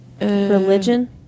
Religion